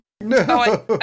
No